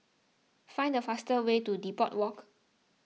find the fastest way to Depot Walk